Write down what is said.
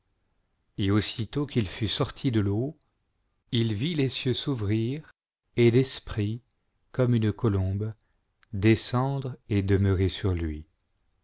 et aussitôt qu'il fut sorti de l'eau il vit les cieux s'ouvrir et l'esprit comme une colombe descendre et demeurer sur lui